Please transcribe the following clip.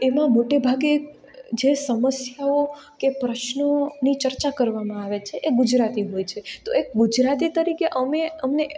એમાં મોટે ભાગે જે સમસ્યાઓ કે પ્રશ્નોની ચર્ચા કરવામાં આવે છે એ ગુજરાતી હોય છે તો એક ગુજરાતી તરીકે અમે